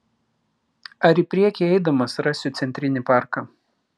ar į priekį eidamas rasiu centrinį parką